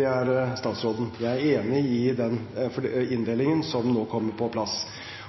det er statsråden. Jeg er enig i den inndelingen som nå kommer på plass.